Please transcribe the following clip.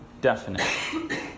definite